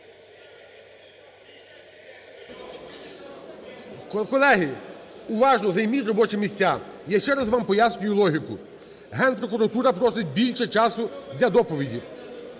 Колеги, уважно! Займіть робочі місця. Я ще раз вам пояснюю логіку. Генпрокуратура просить більше часу для доповіді.